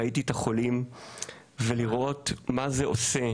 ראיתי את החולים ולראות מה זה עושה,